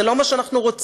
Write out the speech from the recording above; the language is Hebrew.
זה לא מה שאנחנו רוצים.